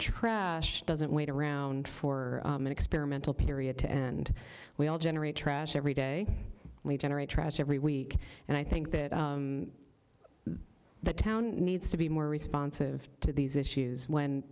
trash doesn't wait around for an experimental period to and we all generate trash every day and we generate trash every week and i think that the town needs to be more responsive to these issues when